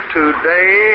today